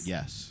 Yes